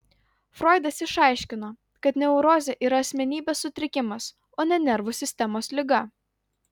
froidas išaiškino kad neurozė yra asmenybės sutrikimas o ne nervų sistemos liga